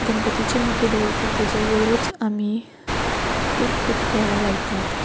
गणपतीची म्हुर्ती दवरतात ताचे वयरच आमी खूब खूब फळां लायतात